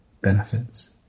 benefits